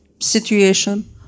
situation